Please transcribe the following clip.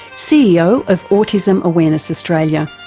ceo of autism awareness australia.